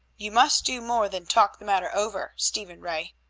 you must do more than talk the matter over, stephen ray.